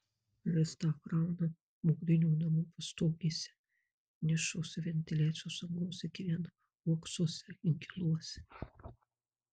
lizdą krauna mūrinių namų pastogėse nišose ventiliacijos angose gyvena uoksuose inkiluose